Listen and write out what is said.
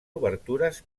obertures